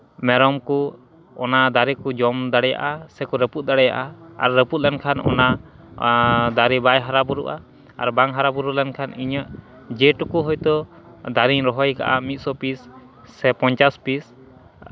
ᱢᱮᱨᱚᱢ ᱠᱚ ᱚᱱᱟ ᱫᱟᱨᱮ ᱠᱚ ᱡᱚᱢ ᱫᱟᱲᱮᱭᱟᱜᱼᱟ ᱥᱮᱠᱚ ᱨᱟᱹᱯᱩᱫ ᱫᱟᱲᱮᱭᱟᱜᱼᱟ ᱟᱨ ᱨᱟᱹᱯᱩᱫ ᱞᱮᱱᱠᱷᱟᱱ ᱟᱨ ᱚᱱᱟ ᱫᱟᱨᱮ ᱵᱟᱭ ᱦᱟᱨᱟ ᱵᱩᱨᱩᱜᱼᱟ ᱟᱨ ᱵᱟᱝ ᱦᱟᱨᱟᱼᱵᱩᱨᱩ ᱞᱮᱱᱠᱷᱟᱱ ᱤᱧᱟᱹᱜ ᱡᱮ ᱴᱩᱠᱩ ᱦᱳᱭᱛᱳ ᱫᱟᱨᱮᱧ ᱨᱚᱦᱚᱭ ᱟᱠᱟᱫᱼᱟᱠᱟᱜᱼᱟ ᱢᱤᱫ ᱥᱳ ᱯᱤᱥ ᱥᱮ ᱯᱚᱧᱪᱟᱥ ᱯᱤᱥ